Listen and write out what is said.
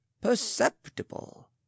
perceptible